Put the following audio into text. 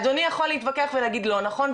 אדוני יכול להתווכח ולהגיד לא נכון,